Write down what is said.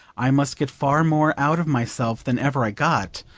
i must get far more out of myself than ever i got,